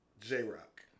j-rock